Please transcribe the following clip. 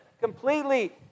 completely